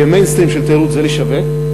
כי ה"מיינסטרים" של התיירות זה לשווק.